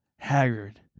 Haggard